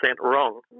wrong